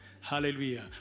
Hallelujah